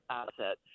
asset